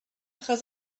achos